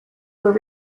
were